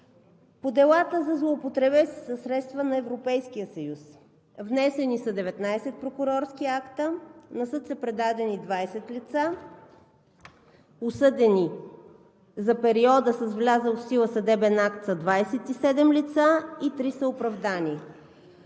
По делата за злоупотреби със средства на Европейския съюз са внесени 19 прокурорски акта, на съд са предадени 20 лица, осъдени за периода с влязъл в сила съдебен акт са 27 лица и 3 са оправдани.